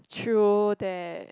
true that